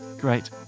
Great